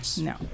no